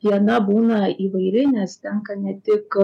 diena būna įvairi nes tenka ne tik